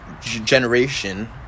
generation